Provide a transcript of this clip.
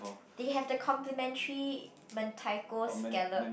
they have the complimentary mentaiko scallop